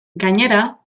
gainera